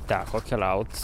teko keliaut